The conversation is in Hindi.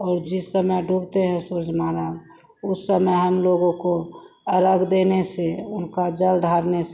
और जिस समय डूबते हैं सूर्य महाराज उस समय हमलोगों को अरघ देने से उनका जल ढारने से